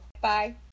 Bye